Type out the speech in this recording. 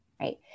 right